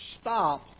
stop